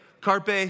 carpe